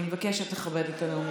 אני מבקשת לכבד את הנאומים.